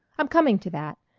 i'm coming to that.